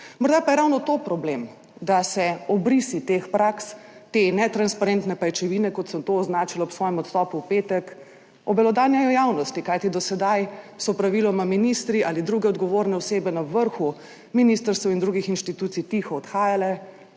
Morda pa je ravno to problem, da se obrisi teh praks, te netransparentne pajčevine, kot sem to označila ob svojem odstopu v petek, obelodanjajo javnosti. Kajti, do sedaj so praviloma ministri ali druge odgovorne osebe na vrhu ministrstev in drugih inštitucij tiho odhajale,